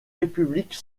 république